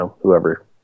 whoever